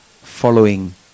following